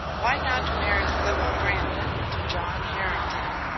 why not marry sibyl brandon to john harrington?